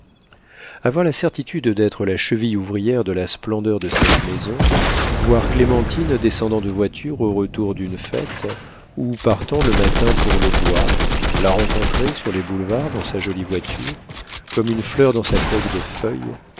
avoir la certitude d'être la cheville ouvrière de la splendeur de cette maison voir clémentine descendant de voiture au retour d'une fête ou partant le matin pour le bois la rencontrer sur les boulevards dans sa jolie voiture comme une fleur dans sa coque de feuilles